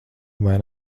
vai